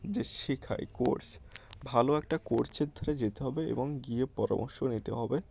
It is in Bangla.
যে শেখায় কোর্স ভালো একটা কোর্সের ধারে যেতে হবে এবং গিয়ে পরামর্শ নিতে হবে